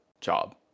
job